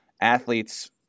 athletes